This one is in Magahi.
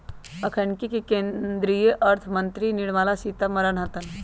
अखनि के केंद्रीय अर्थ मंत्री निर्मला सीतारमण हतन